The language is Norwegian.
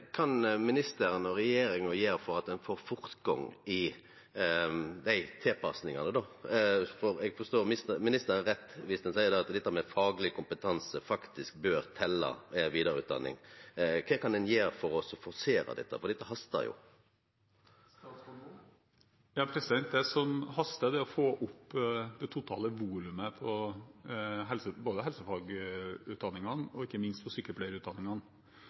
kan ministeren og regjeringa gjere for å få fortgang i dei tilpassingane? Forstod eg ministeren rett viss ein seier at dette med fagleg kompetanse faktisk bør telje ved vidareutdanning? Kva kan ein gjere for å forsere dette, for det hastar jo? Det som haster, er å få opp det totale volumet på både helsefagutdanningene og ikke minst sykepleierutdanningene. Når det gjelder sykepleierutdanningene spesifikt, har vi god søkning på studieplassene. Det er 3,7 søkere som er kvalifisert for